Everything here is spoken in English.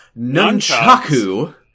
Nunchaku